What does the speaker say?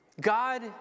God